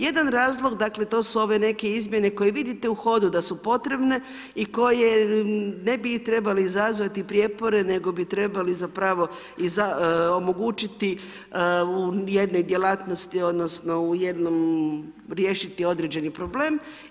Jedan razlog, dakle, to su ove neke izmjene koje vidite u hodu da su potrebne i koje ne bi trebali izazvati prijepore, nego bi trebali zapravo omogućiti u jednoj djelatnosti, odnosno, u jednom, riješiti određeni problem.